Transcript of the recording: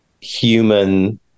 human